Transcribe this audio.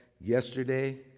yesterday